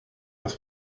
das